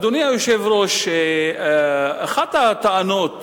אדוני היושב-ראש, אחת הטענות